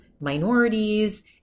minorities